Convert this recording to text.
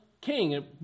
king